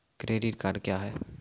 Credit card क्या हैं?